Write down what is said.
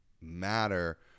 matter